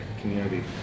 community